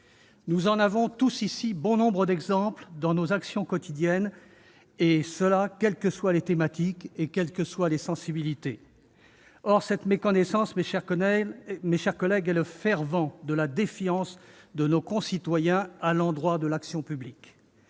Nous en rencontrons tous de nombreux exemples dans nos actions quotidiennes, et ce quelles que soient les thématiques et les sensibilités. Or cette méconnaissance, mes chers collègues, est le ferment de la défiance de nos concitoyens à l'égard de l'action publique.